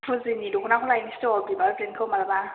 फुजिनि दख'नाखौ लायसै थ' बिबार ब्रेन्दखौ मालाबा